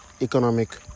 economic